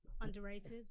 underrated